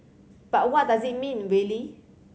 but what does it mean really